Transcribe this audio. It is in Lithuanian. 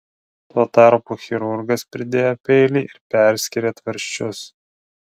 tuo tarpu chirurgas pridėjo peilį ir perskyrė tvarsčius